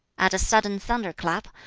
at a sudden thunder-clap,